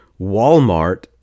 Walmart